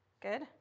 Good